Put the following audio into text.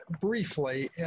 briefly